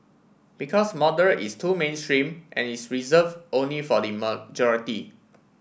because moderate is too mainstream and is reserve only for the majority